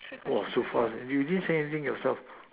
!wah! so fast leh you didn't say anything yourself